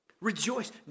Rejoice